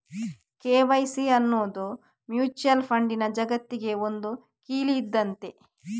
KYC ಅನ್ನುದು mutual ಫಂಡಿನ ಜಗತ್ತಿಗೆ ಒಂದು ಕೀಲಿ ಇದ್ದಂತೆ